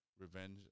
revenge